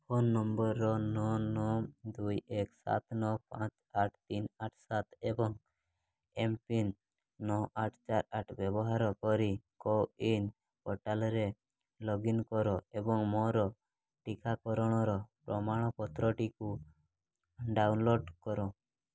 phone number ନଅ ନଅ ଦୁଇ ଏକ ସାତ ନଅ ପାଞ୍ଚ ଆଠ ତିନ ଆଠ ସାତ ଏକ ଏବଂ ଏମ୍ପିନ୍ ନଅ ଆଠ ଚାର ଆଠ ବ୍ୟବହାର କରି କୋୱିନ୍ ପୋର୍ଟାଲ୍ରେ ଲଗ୍ଇନ୍ କର ଏବଂ ମୋର ଟିକାକରଣର ପ୍ରମାଣପତ୍ରଟିକୁ ଡାଉନଲୋଡ଼୍ କର